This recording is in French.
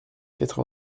quatre